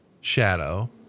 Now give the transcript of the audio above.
shadow